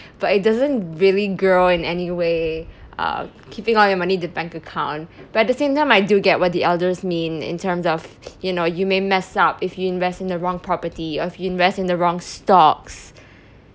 but it doesn't really grow in any way uh keeping all your money in the bank account but at the same time I do get what the elders mean in terms of you know you may mess up if you invest in the wrong property or if you invest in the wrong stocks